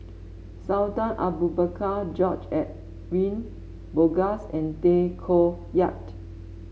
Sultan Abu Bakar George Edwin Bogaars and Tay Koh Yat